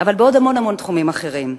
אבל בעוד המון-המון תחומים אחרים.